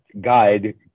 guide